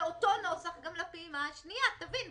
זה אותו נוסח גם לפעימה השנייה, תבין.